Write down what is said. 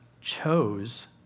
chose